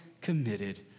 committed